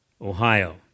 Ohio